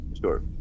Sure